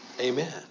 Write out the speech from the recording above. Amen